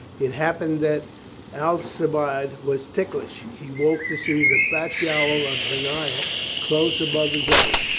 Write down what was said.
it happened that alci biade was ticklish. he woke to see the fat jowl of benaiah close above his own.